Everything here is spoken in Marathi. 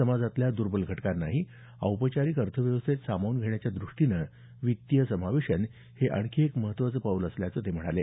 समाजातल्या दुर्बल घटकांनाही औपचारिक अर्थव्यवस्थेत सामावून घेण्याच्या द्रष्टीनं वित्तीय समावेशन हे आणखी एक महत्वाचं पाऊल असल्याचं ते म्हणाले